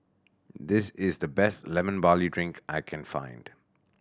this is the best Lemon Barley Drink that I can find